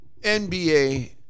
NBA